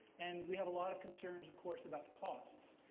and we have a lot of concerns, of course, about costs.